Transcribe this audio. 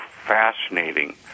fascinating